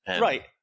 Right